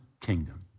kingdom